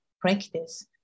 practice